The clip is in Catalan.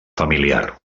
familiar